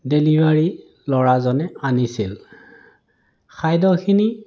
delivery ল'ৰাজনে আনিছিল খাদ্যখিনি